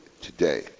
Today